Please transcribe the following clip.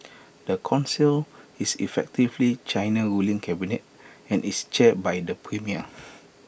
the Council is effectively China's ruling cabinet and is chaired by the premier